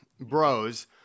bros